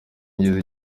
ngize